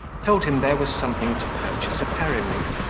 told him there was something to purchase a periwig.